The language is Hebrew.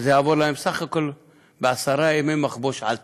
וזה יעבור להם בסך הכול בעשרה ימי מחבוש על תנאי,